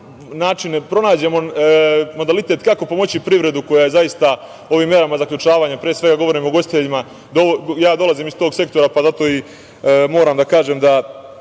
način pronađemo modalitet kako pomoći privredu koja je zaista ovim merama zaključavanja, pre svega govorim o ugostiteljima… Ja dolazim iz tog sektora, pa zato i moram da kažem.